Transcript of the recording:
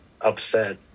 upset